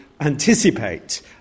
anticipate